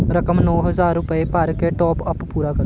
ਰਕਮ ਨੌਂ ਹਜ਼ਾਰ ਰੁਪਏ ਭਰ ਕੇ ਟਾਪਅੱਪ ਪੂਰਾ ਕਰੋ